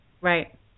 right